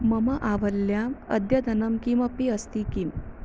मम आवल्याम् अद्यतनं किमपि अस्ति किम्